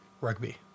rugby